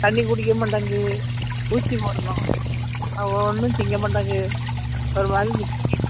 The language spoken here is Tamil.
தண்ணி குடிக்கவே மாட்டேங்கு ஊசி போடணும் ஒன்றும் திங்க மாட்டேங்கு ஒரு மாதிரி நிக்கி